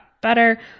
better